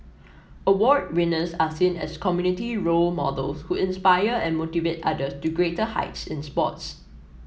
award winners are seen as community role models who inspire and motivate others to greater heights in sports